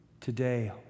today